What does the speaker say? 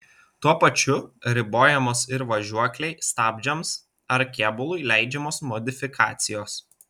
tuo pačiu ribojamos ir važiuoklei stabdžiams ar kėbului leidžiamos modifikacijos